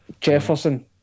Jefferson